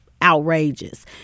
outrageous